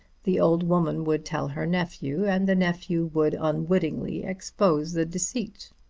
the old woman would tell her nephew, and the nephew would unwittingly expose the deceit.